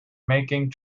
making